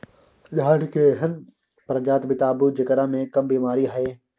धान के एहन प्रजाति बताबू जेकरा मे कम बीमारी हैय?